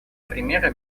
примеры